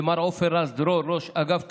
למר עופר רז-דרור, ראש אגף כלכלה,